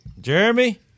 Jeremy